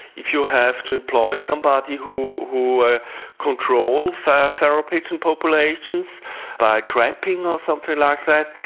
if you have to employ somebody who who controls feral pigeon populations by trapping or something like that,